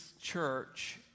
church